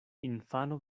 infano